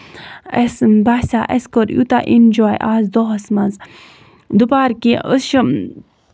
اَسہِ باسیو اَسہِ کوٚر یوٗتاہ اینجوے آز دۄہَس منٛز دُپہارٕکہِ أسۍ چھِ